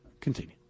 Continue